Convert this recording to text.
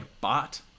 bot